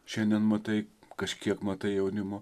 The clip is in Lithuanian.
šiandien matai kažkiek matai jaunimo